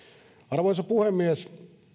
arvoisa puhemies